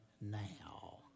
now